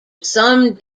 some